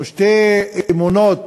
או שתי אמונות,